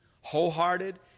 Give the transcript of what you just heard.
wholehearted